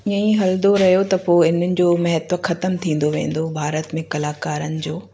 इयं ई हलंदो रहियो त पोइ उन्हनि जो महत्व ख़तमु थींदो वेंदो भारत में कलाकारनि जो